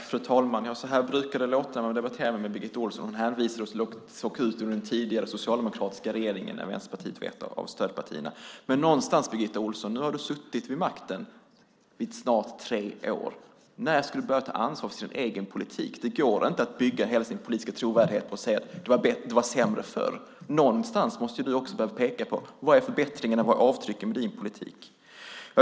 Fru talman! Så här brukar det låta när man debatterar med Birgitta Ohlsson. Hon hänvisar till hur det såg ut med den tidigare socialdemokratiska regeringen när Vänsterpartiet var ett av stödpartierna. Nu har du suttit vid makten i snart tre år, Birgitta Ohlsson. När ska du börja ta ansvar för din egen politik? Det går inte att bygga hela sin politiska trovärdighet på att säga att det var sämre förr. Någon gång måste du också peka på förbättringen och avtrycken med din politik.